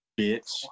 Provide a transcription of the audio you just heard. Bitch